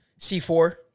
C4